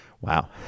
Wow